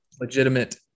legitimate